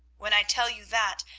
when i tell you that,